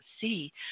see